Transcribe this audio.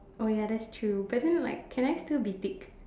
oh ya that's true but then like can I still be thick